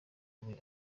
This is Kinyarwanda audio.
abe